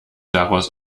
daraus